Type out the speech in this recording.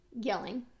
yelling